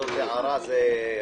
זאת הערה רחבה.